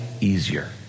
easier